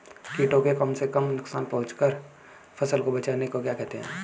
कीटों को कम से कम नुकसान पहुंचा कर फसल को बचाने को क्या कहते हैं?